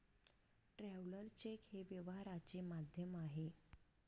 traveller cheque हे व्यवहाराचे माध्यम आहे